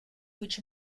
which